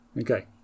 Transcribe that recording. Okay